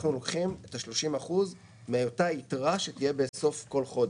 אנחנו לוקחים 30% מאותה יתרה שתהיה בסוף כל חודש.